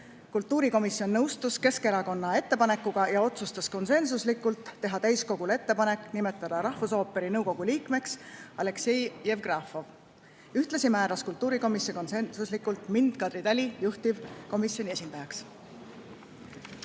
Kultuurikomisjon nõustus Keskerakonna ettepanekuga ja otsustas konsensuslikult teha täiskogule ettepaneku nimetada rahvusooperi nõukogu liikmeks Aleksei Jevgrafovi. Ühtlasi määras kultuurikomisjon konsensuslikult mind, Kadri Tali, juhtivkomisjoni esindajaks.